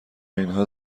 اینها